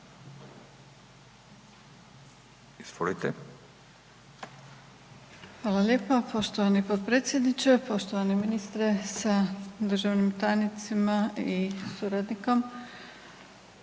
Hvala lijepa poštovani potpredsjedniče, poštovani ministre sa državnim tajnicima i suradnikom.